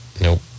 Nope